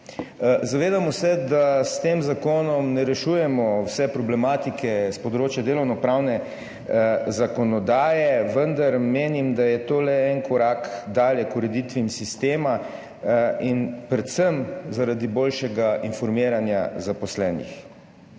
Zavedamo se, da s tem zakonom ne rešujemo vse problematike s področja delovnopravne zakonodaje, vendar menim, da je to le en korak naprej k ureditvi sistema, predvsem zaradi boljšega informiranja zaposlenih.